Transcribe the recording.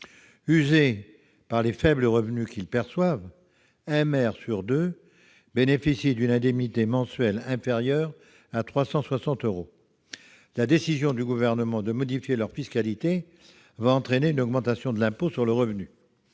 usés par les faibles revenus qu'ils perçoivent : un maire sur deux bénéficie d'une indemnité mensuelle inférieure à 360 euros. La décision du Gouvernement de modifier leur fiscalité va entraîner une augmentation de l'impôt sur le revenu.